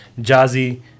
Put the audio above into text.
Jazzy